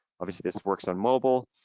obviously, this works on mobile